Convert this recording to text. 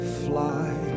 fly